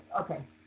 Okay